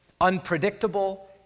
Unpredictable